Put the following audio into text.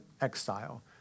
exile